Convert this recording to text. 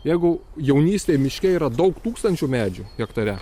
jeigu jaunystėj miške yra daug tūkstančių medžių hektare